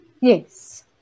Yes